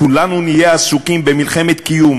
כולנו נהיה עסוקים במלחמת קיום,